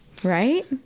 Right